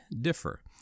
differ